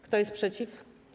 Kto jest przeciw?